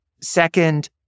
Second